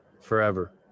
forever